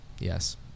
Yes